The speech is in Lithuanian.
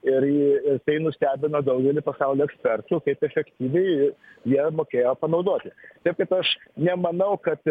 ir tai nustebino daugelį pasaulio ekspertų kaip efektyviai jie mokėjo panaudoti taip kad aš nemanau kad